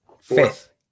Fifth